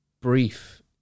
brief